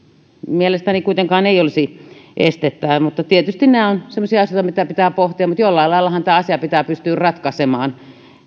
mielestäni kuitenkaan ei olisi estettä tähän tietysti nämä ovat semmoisia asioita mitä pitää pohtia mutta jollain laillahan tämä asia pitää pystyä ratkaisemaan